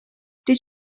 did